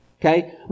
Okay